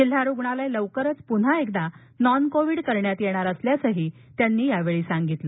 जिल्हा रुग्णालय लवकरच पुन्हा एकदा नॉन कोविड करण्यात येणार असल्याचंही त्यांनी यावेळी सांगितलं